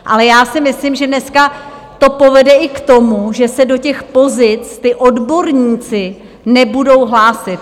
Ale já si myslím, že dneska to povede i k tomu, že se do těch pozic ti odborníci nebudou hlásit.